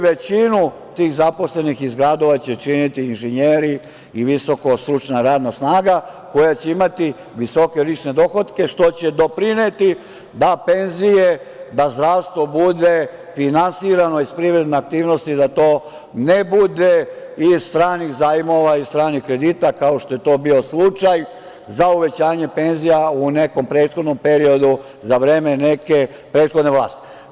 Većinu tih zaposlenih iz gradova će činiti inženjeri i visoko-stručna radna snaga koja će imati visoke lične dohotke što će doprineti da penzije, da zdravstvo bude finansirano iz privredne aktivnosti, da to ne bude iz stranih zajmova i stranih kredita, kao što je to bio slučaj za uvećanje penzija u nekom prethodnom periodu za vreme neke prethodne vlasti.